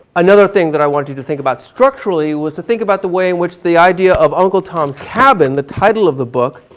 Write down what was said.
another thing that i want you to think about, structurally was to think about the way in which the idea of uncle tom's cabin, the title of the book,